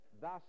thus